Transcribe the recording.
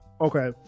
okay